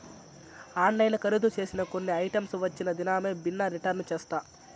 ఆన్లైన్ల కరీదు సేసిన కొన్ని ఐటమ్స్ వచ్చిన దినామే బిన్నే రిటర్న్ చేస్తా